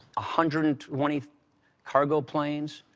hundred and twenty cargo planes.